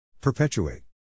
Perpetuate